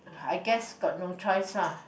I guess got no choice lah